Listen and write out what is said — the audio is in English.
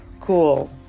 cool